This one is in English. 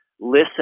listen